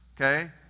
Okay